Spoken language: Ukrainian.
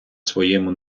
своєму